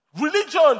Religion